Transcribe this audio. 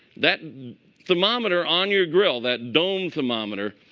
that thermometer on your grill, that dome thermometer,